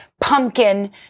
pumpkin